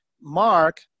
Mark